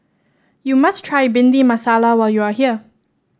you must try Bhindi Masala when you are here